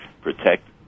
protect